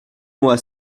moi